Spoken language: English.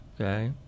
Okay